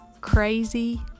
Crazy